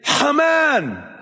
Haman